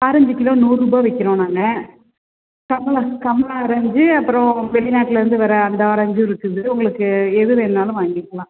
orange kilo நூறுரூபா விற்கிறோம் நாங்கள் கமலா கமலா ஆரஞ்சு அப்புறோம் வெளிநாட்லிருந்து வர அந்த ஆரஞ்சும் இருக்குது உங்களுக்கு எது வேண்ணாலும் வாங்கிக்கலாம்